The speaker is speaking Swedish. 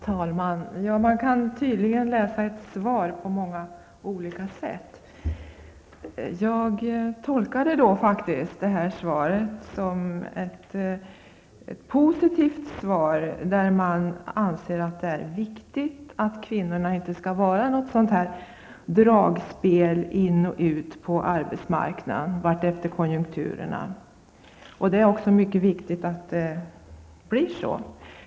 Herr talman! Man kan tydligen läsa ett svar på många olika sätt. Själv tolkar jag det här svaret som positivt då det framhålls att det är viktigt att kvinnor inte skall vara ett slags dragspel in och ut på arbetsmarknaden alltefter konjunkturernas svängningar. Det är angeläget att det inte blir så.